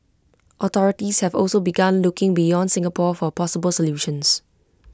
authorities have also begun looking beyond Singapore for possible solutions